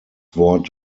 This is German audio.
wort